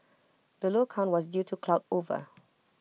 the low count was due to cloud over